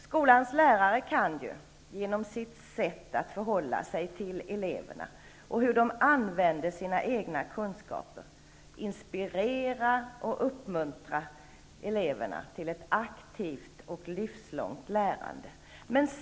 Skolans lärare kan ju genom sitt sätt att förhålla sig till eleverna och använda sina egna kunskaper inspirera och uppmuntra eleverna till ett aktivt och livslångt lärande.